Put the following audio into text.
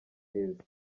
heza